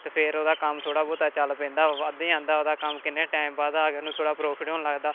ਅਤੇ ਫਿਰ ਉਹਦਾ ਕੰਮ ਥੋੜ੍ਹਾ ਬਹੁਤ ਚੱਲ ਪੈਦਾ ਵਾ ਅੱਧੇ ਆਉਂਦਾ ਉਹਦਾ ਕੰਮ ਕਿੰਨੇ ਟਾਈਮ ਬਾਅਦ ਆ ਕੇ ਉਹਨੂੰ ਥੋੜ੍ਹਾ ਪ੍ਰੋਫਿਟ ਹੋਣ ਲੱਗਦਾ